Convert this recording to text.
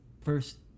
first